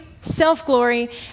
self-glory